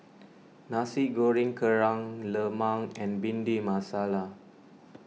Nasi Goreng Kerang Lemang and Bhindi Masala